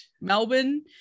Melbourne